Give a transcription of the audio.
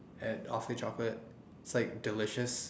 at awfully chocolate it's like delicious